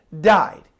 died